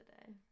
today